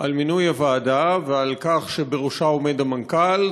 על מינוי הוועדה ועל כך שבראשה עומד המנכ"ל,